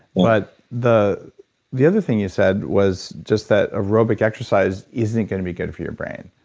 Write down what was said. but the the other thing you said was just that aerobic exercise isn't going to be good for your brain.